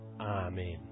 Amen